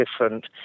different